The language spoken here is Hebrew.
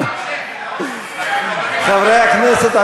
חברי הכנסת,